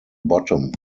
bottom